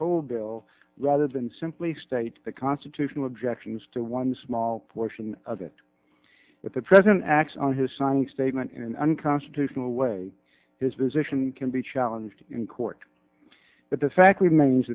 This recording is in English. whole bill rather than simply state the constitutional objections to one small portion of it that the president acts on his signing statement in an unconstitutional way his position can be challenged in court but the fact remains